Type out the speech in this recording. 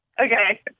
okay